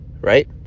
right